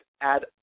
add